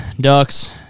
ducks